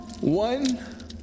One